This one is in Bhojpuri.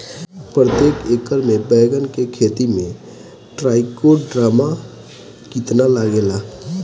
प्रतेक एकर मे बैगन के खेती मे ट्राईकोद्रमा कितना लागेला?